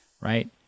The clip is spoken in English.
right